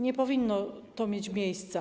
Nie powinno to mieć miejsca.